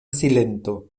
silento